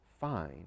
fine